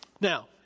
Now